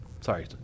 sorry